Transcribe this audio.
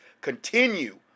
continue